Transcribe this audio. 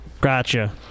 Gotcha